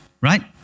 right